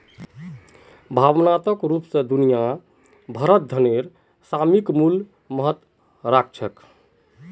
भावनात्मक रूप स दुनिया भरत धनेर सामयिक मूल्य महत्व राख छेक